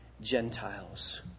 Gentiles